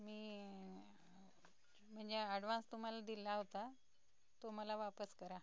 मी म्हणजे ॲडव्हान्स तुम्हाला दिला होता तो मला वापस करा